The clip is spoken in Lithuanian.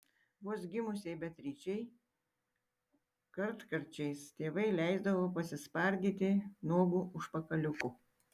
vos gimusiai beatričei kartkarčiais tėvai leisdavo pasispardyti nuogu užpakaliuku